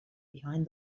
behind